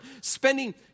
spending